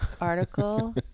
article